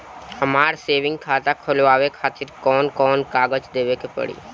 हमार सेविंग खाता खोलवावे खातिर कौन कौन कागज देवे के पड़ी?